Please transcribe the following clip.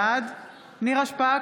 בעד נירה שפק,